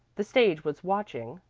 the stage was watching,